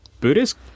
Buddhist